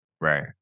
Right